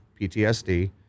PTSD